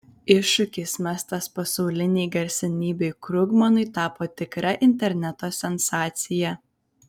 iššūkis mestas pasaulinei garsenybei krugmanui tapo tikra interneto sensacija